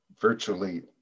virtually